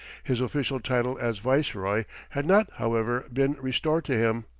his official title as viceroy had not, however, been restored to him,